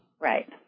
Right